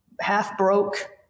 half-broke